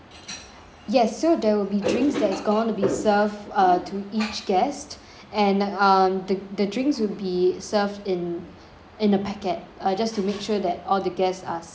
yes so there will be drinks that's going to be served uh to each guest and um the the drinks will be served in in a packet uh just to make sure that all the guests are safe